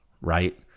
right